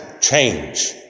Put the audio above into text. Change